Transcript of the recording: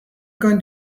going